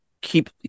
keep